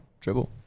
dribble